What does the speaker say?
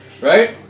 Right